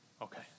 Okay